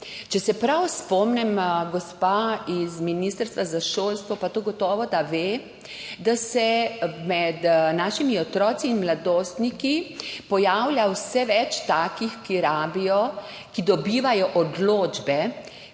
Če se prav spomnim, gospa z ministrstva za šolstvo pa to gotovo ve, se med našimi otroki in mladostniki pojavlja vse več takih, ki dobivajo odločbe,